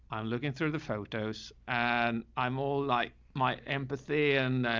i'm looking through the photos and i'm all like my empathy and, ah,